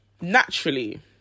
naturally